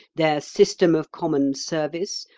their system of common service,